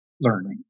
learning